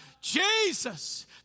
Jesus